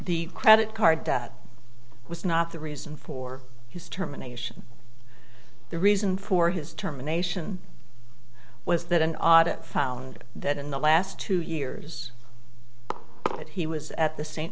the credit card that was not the reason for his terminations the reason for his terminations was that an audit found that in the last two years but he was at the s